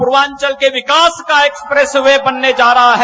पूर्वांचल के विकास का एक्सप्रेस वे बनने जा रहा है